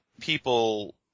people